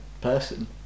person